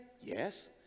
Yes